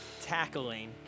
tackling